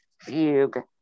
fugue